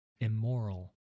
immoral